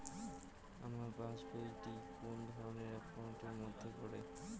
আমার passbook টি কোন ধরণের একাউন্ট এর মধ্যে পড়ে?